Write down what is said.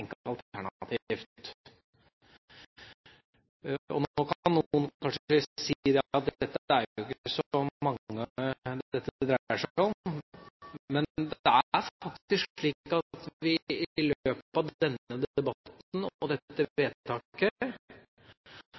Nå kan noen kanskje si at det ikke er så mange det dreier seg om, men det er faktisk slik at vi i løpet av denne debatten, og den foregående, og dette vedtaket,